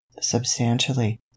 substantially